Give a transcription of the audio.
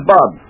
Bob